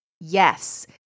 Yes